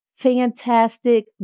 fantastic